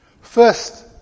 First